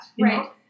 right